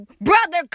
brother